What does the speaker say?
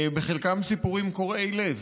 בחלקם סיפורים קורעי לב,